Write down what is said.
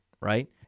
right